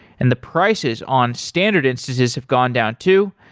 and the prices on standard instances have gone down too.